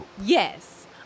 Yes